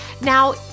now